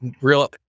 real